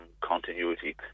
continuity